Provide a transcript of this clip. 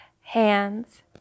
hands